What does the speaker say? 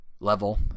Level